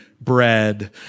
bread